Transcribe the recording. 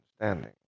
Understanding